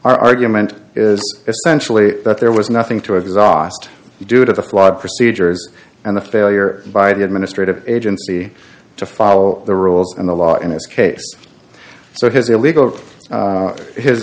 argument is essentially that there was nothing to exhaust due to the flawed procedures and the failure by the administrative agency to follow the rules and the law in this case so his illegal of his